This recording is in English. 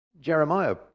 Jeremiah